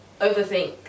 overthink